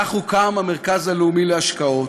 כך הוקם המרכז הלאומי להשתלות.